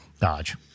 Dodge